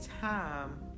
time